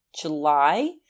July